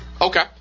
Okay